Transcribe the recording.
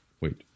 Wait